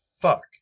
fuck